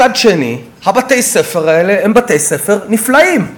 מצד שני, בתי-הספר האלה הם בתי-ספר נפלאים.